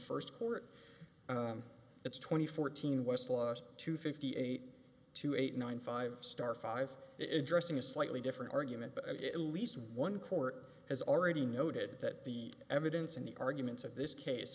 first court it's twenty fourteen westlaw to fifty eight to eight nine five star five it dressing a slightly different argument but at least one court has already noted that the evidence in the arguments of this case